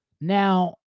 Now